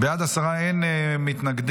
בעד, עשרה, אין מתנגדים.